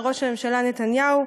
וראש הממשלה נתניהו,